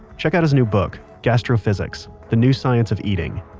check out his new book gastrophysics the new science of eating